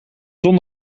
zon